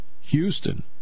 Houston